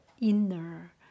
inner